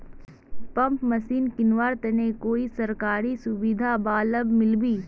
Pump machine किनवार तने कोई सरकारी सुविधा बा लव मिल्बी?